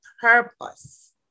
purpose